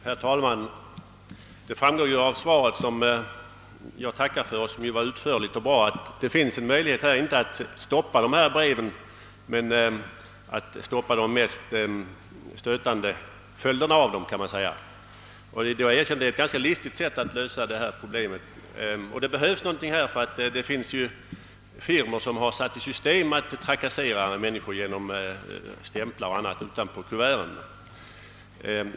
Herr talman! Det framgår av svaret — som var utförligt och bra och för vilket jag tackar — att det är möjligt, inte att stoppa dessa brev men att stoppa de mest stötande följderna av dem. Jag erkänner att det är ett ganska listigt sätt man använder för att lösa problemet. Och det behövs någonting härvidlag, ty det finns firmor som satt i system att trakassera människor genom stämplar o.d. utanpå kuvert.